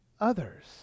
others